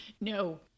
No